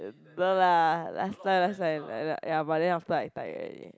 no lah last time last time ya ya but then after I tired already